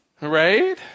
right